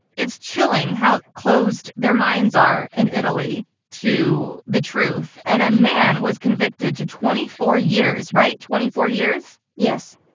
it's chilling how closed their minds are in italy to the truth. and a man was convicted to twenty four years, right? twenty four years? yes.